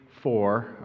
four